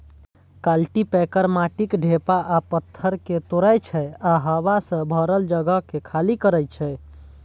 cultipacker माटिक ढेपा आ पाथर कें तोड़ै छै आ हवा सं भरल जगह कें खाली करै छै